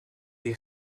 die